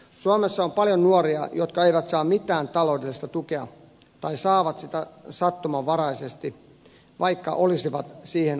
suomessa on paljon nuoria jotka eivät saa mitään taloudellista tukea tai saavat sitä sattumanvaraisesti vaikka olisivat siihen oikeutettuja